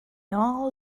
all